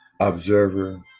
observer